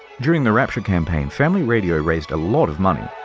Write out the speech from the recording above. during the rapture campaign, family radio raised a lot of money.